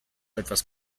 etwas